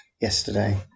yesterday